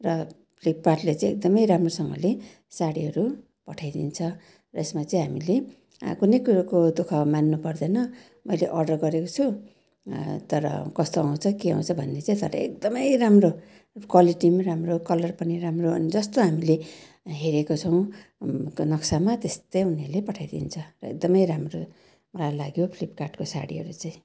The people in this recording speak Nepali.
र फ्लिपकार्टले चाहिँ एकदमै राम्रोसँगले साडीहरू पठाइदिन्छ र यसमा चाहिँ हामीले कुनै कुरोको दुःख मान्नु पर्दैन मैले अर्डर गरेको छु तर कस्तो आउँछ के आउँछ भन्ने चाहिँ तर एकदमै राम्रो क्वालिटी पनि राम्रो कलर पनि राम्रो अनि जस्तो हामीले हेरेको छौँ नक्सामा त्यस्तै उनीहरूले पठाइदिन्छ र एकदमै राम्रो लाग्यो फ्लिपकार्टको साडीहरू चाहिँ